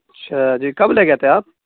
اچھا جی کب لے گئے تھے آپ